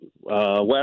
west